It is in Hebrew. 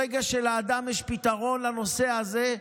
ברגע שלאדם יש פתרון לנושא הזה,